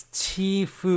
chief